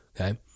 Okay